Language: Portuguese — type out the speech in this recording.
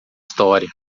história